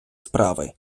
справи